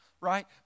right